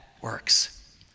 works